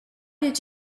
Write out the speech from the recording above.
did